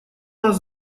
нас